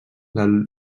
del